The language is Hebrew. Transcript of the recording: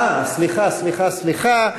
אה, סליחה, סליחה, סליחה.